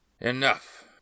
Enough